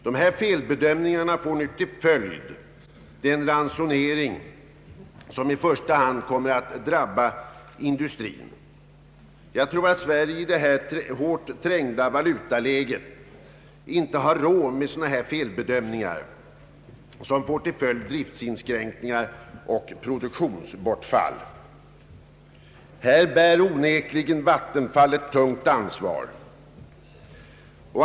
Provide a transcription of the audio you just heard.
Dessa felbedömningar får nu till följd den ransonering som i första hand kommer att drabba industrin. Jag tror att Sverige i det hårt trängda valutaläget vi nu befinner oss i inte har råd med sådana felbedömningar som får till följd driftsinskränkningar och produktionsbortfall. Här bär onekligen Vattenfall ett tungt ansvar.